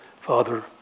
Father